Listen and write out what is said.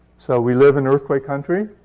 so we live in earthquake country.